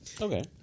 Okay